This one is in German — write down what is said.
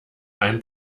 ein